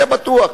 זה בטוח,